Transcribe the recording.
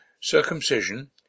circumcision